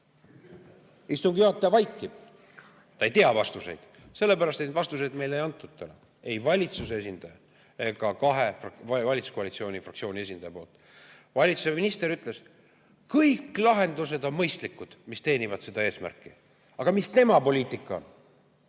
Istungi juhataja vaikib. Ta ei tea vastuseid, sellepärast et vastuseid meile ei antud täna. Neid ei andnud ei valitsuse esindaja ega kahe valitsuskoalitsiooni fraktsiooni esindajad. Valitsuse minister ütles: kõik lahendused on mõistlikud, mis teenivad seda eesmärki. Aga mis tema poliitika on?